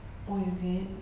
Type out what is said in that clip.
oh is it